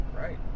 Right